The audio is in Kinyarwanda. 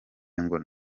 ngo